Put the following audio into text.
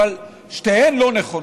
אבל שתיהן לא נכונות.